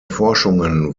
forschungen